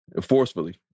Forcefully